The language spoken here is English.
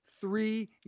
three